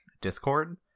discord